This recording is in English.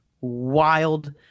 wild